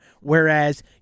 whereas